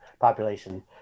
population